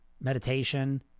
meditation